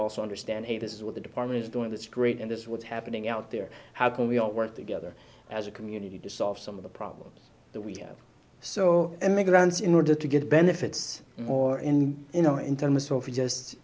also understand hey this is what the department is doing that's great and that's what's happening out there how can we all work together as a community to solve some of the problems that we have so immigrants in order to get benefits more in you know in terms of just